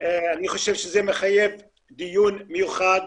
אני חושב שזה מחייב דיון מיוחד,